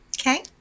Okay